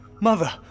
Mother